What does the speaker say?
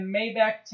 Maybach